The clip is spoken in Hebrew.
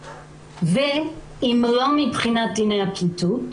אם לא מבחינת דיני הפליטות,